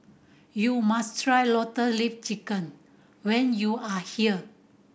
you must try Lotus Leaf Chicken when you are here